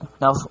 Now